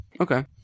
Okay